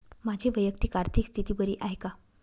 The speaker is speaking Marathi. माझी वैयक्तिक आर्थिक स्थिती बरी आहे का?